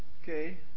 Okay